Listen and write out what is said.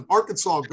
Arkansas